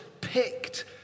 picked